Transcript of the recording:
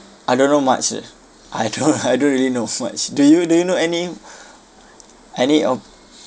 I don't know much eh I don't I don't really know much do you do you know any any of